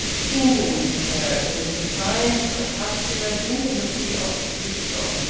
tingling to her in the confined, crepuscular intimacy of the cubicle.